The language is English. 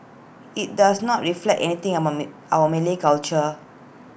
IT does not reflect anything among my our Malay culture